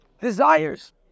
desires